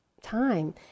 time